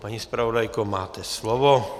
Paní zpravodajko, máte slovo.